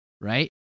Right